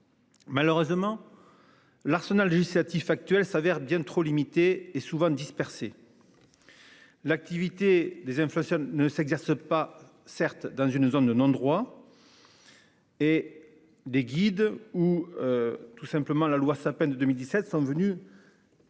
Malheureusement. L'arsenal législatif actuel s'avère bien trop limité et souvent dispersés. L'activité des influenceurs ne ne s'exerce pas certes dans une zone de non-droit. Et des guides ou. Tout simplement la loi sa peine de 2017 sont venus.